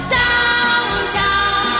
downtown